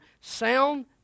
sound